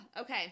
okay